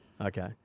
Okay